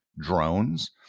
drones